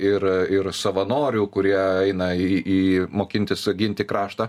ir ir savanorių kurie eina į į mokintis ginti kraštą